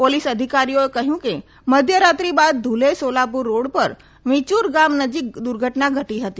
police અધિકારીઓએ કહ્યું કે મધ્યરાત્રી બાદ ધુલે સોલાપુર રોડ પર વિંયુર ગામ નજીક દુર્ઘટના ઘટી હતી